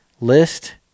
List